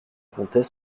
comptait